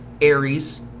Aries